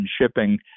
shipping